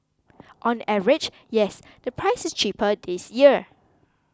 on average yes the price is cheaper this year